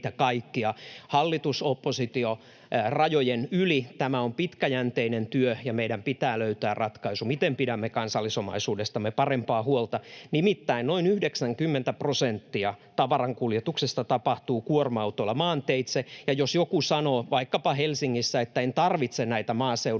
hallitus—oppositio-rajojen yli. Tämä on pitkäjänteinen työ, ja meidän pitää löytää ratkaisu, miten pidämme kansallisomaisuudestamme parempaa huolta. Nimittäin noin 90 prosenttia tavarankuljetuksesta tapahtuu kuorma-autoilla maanteitse, ja jos joku sanoo vaikkapa Helsingissä, että en tarvitse näitä maaseudun teitä,